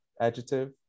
adjective